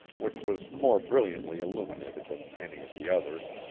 which was more brilliantly illuminated than any of the others.